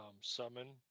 Summon